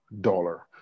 dollar